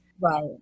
Right